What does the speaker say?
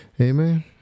Amen